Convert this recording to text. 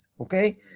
Okay